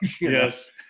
Yes